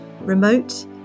remote